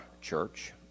church